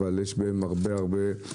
אבל יש בהם הרבה מהתובנה